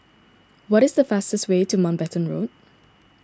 what is the fastest way to Mountbatten Road